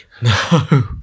No